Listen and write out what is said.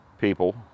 people